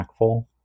impactful